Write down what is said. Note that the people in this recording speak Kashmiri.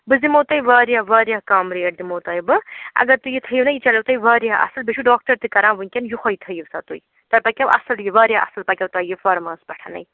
بہٕ دِمو تۄہہِ واریاہ وارِیاہ کم ریٹ دِمو تۄہہِ بہٕ اگر تہۍ یہِ تھٲیِو نَہ یہِ چَلو تُہۍ وارِیاہ اصٕل بیٚیہِ چھُ ڈاکٹر تہِ کَران وٕنکٮ۪ن یِہوے تھٲیِو سَہ تُہۍ تُہۍ پکیو اصٕل یہِ وارِیاہ اصٕل پکیو تُہۍ یہِ فرماس پٮ۪ٹھنَے